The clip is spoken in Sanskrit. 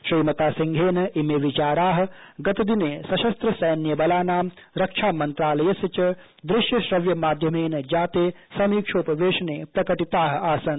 श्रीमता सिंहेन इमे विचारा ाा स स्त्र सैन्य बलानां रक्षा मंत्रालयस्य च दृश्य श्रव्य माध्यमेन जाते समीक्षोपवेशने प्रकटिता ज़ आसन्